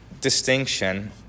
distinction